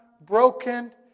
broken